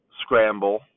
scramble